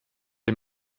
est